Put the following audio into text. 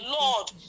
Lord